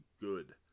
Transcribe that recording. good